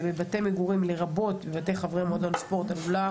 בבתי מגורים לרבות בבתי חברי מועדון ספורט עלולה